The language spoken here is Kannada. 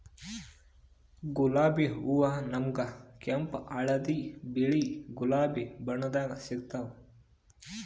ಗುಲಾಬಿ ಹೂವಾ ನಮ್ಗ್ ಕೆಂಪ್ ಹಳ್ದಿ ಬಿಳಿ ಗುಲಾಬಿ ಬಣ್ಣದಾಗ್ ಸಿಗ್ತಾವ್